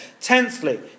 Tenthly